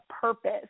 purpose